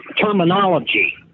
terminology